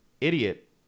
idiot